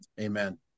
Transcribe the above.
Amen